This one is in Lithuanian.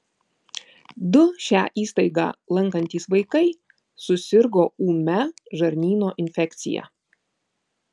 du šią įstaigą lankantys vaikai susirgo ūmia žarnyno infekcija